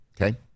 okay